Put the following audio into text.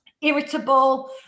irritable